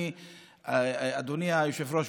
אדוני היושב-ראש,